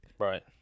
Right